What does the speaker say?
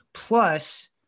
Plus